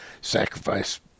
sacrifice